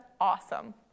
awesome